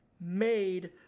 made